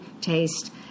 taste